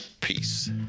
peace